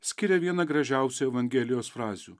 skiria vieną gražiausių evangelijos frazių